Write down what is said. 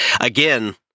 again